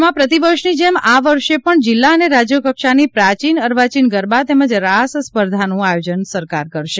રાજ્યમાં પ્રતિવર્ષની જેમ આ વર્ષે પણ જિલ્લા અને રાજ્યકક્ષાની પ્રાચીન અર્વાચીન ગરબા તેમજ રાસ સ્પર્ધાનું આયોજન સરકાર કરશે